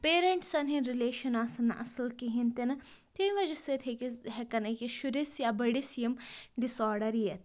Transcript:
پیرَنٛٹسَن ہٕنٛدۍ رِلیشَن آسَن نہٕ اَصٕل کِہیٖنۍ تِنہٕ تَمۍ وَجہ سۭتۍ ہیٚیہِ کِس ہٮ۪کَن أکِس شُرِس یا بٔڈِس یِم ڈِس آرڈَر یِتھ